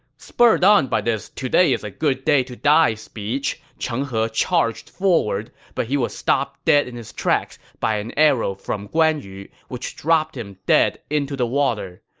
spurred on by this today is a good day to die speech, cheng he charged forward, but he was stopped dead in his tracks by an arrow from guan yu, which dropped him dead into the water.